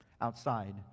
outside